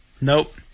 Nope